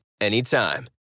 anytime